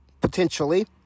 Potentially